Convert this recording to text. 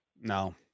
no